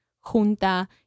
Junta